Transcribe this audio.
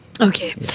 Okay